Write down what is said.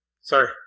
sorry